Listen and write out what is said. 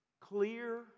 clear